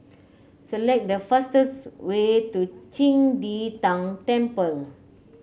select the fastest way to Qing De Tang Temple